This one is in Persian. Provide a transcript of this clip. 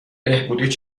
بهبودی